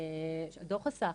דו"ח הסחר,